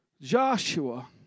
Joshua